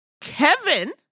Kevin